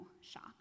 shock